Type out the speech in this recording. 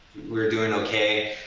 we're doing okay,